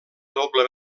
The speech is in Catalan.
doble